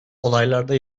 olaylarda